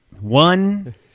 one